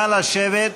נא לשבת.